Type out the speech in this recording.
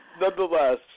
nonetheless